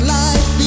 life